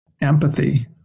empathy